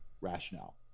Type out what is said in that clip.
rationale